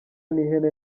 n’ihene